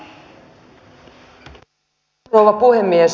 arvoisa rouva puhemies